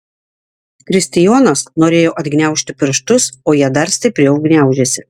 kristijonas norėjo atgniaužti pirštus o jie dar stipriau gniaužėsi